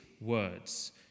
words